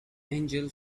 angel